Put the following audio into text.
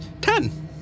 Ten